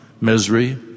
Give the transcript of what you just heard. misery